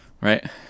right